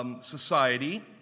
society